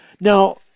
Now